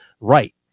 right